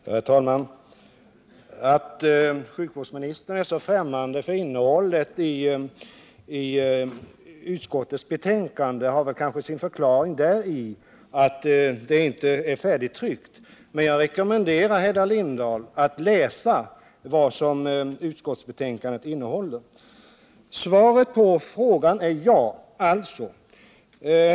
Herr talman! Att sjukvårdsministern är så främmande för innehållet i Torsdagen den utskottets betänkande har kanske sin förklaring däri, att det inte är 31 maj 1979 färdigtryckt. Men jag rekommenderar Hedda Lindahl att läsa utskottsbetänkandet. Svaret på min fråga var ja.